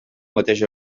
mateix